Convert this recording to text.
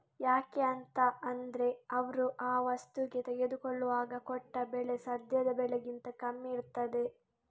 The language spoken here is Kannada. ಯಾಕೆ ಅಂತ ಅಂದ್ರೆ ಅವ್ರು ಆ ವಸ್ತುಗೆ ತೆಗೆದುಕೊಳ್ಳುವಾಗ ಕೊಟ್ಟ ಬೆಲೆ ಸದ್ಯದ ಬೆಲೆಗಿಂತ ಕಮ್ಮಿ ಇರ್ತದೆ